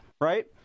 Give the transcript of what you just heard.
right